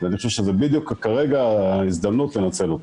אני חושב שבדיוק כרגע זו ההזדמנות לנצל אותו.